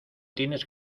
tienes